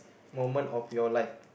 moment of your life